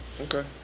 Okay